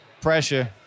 pressure